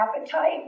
appetite